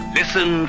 listen